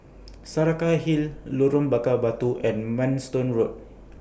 Saraca Hill Lorong Bakar Batu and Manston Road